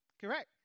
Correct